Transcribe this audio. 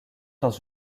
dans